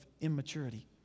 immaturity